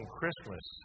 Christmas